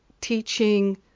teaching